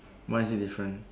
why is it different